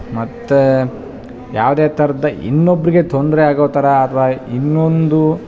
ಮತ್ತು ಯಾವುದೆ ಥರದ ಇನ್ನೊಬ್ರಿಗೆ ತೊಂದರೆ ಆಗೋಥರ ಅಥ್ವ ಇನ್ನೊಂದು